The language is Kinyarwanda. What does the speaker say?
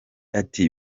ati